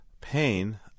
pain